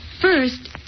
First